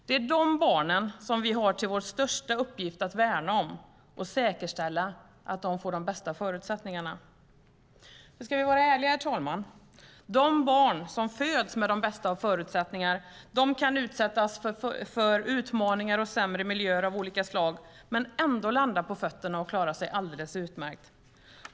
Det är dessa barn vi har till vår största uppgift att värna om och säkerställa att de får de bästa av förutsättningarna. Ska vi vara ärliga, herr talman, kan de barn som föds med de bästa av förutsättningar utsättas för utmaningar och sämre miljöer av olika slag men ändå landa på fötterna och klara sig alldeles utmärkt.